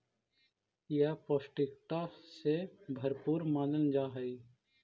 यह पौष्टिकता से भरपूर मानल जा हई